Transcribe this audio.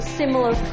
similar